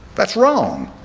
that's wrong